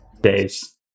Days